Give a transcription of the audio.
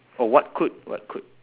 oh what could what could